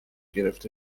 گرفته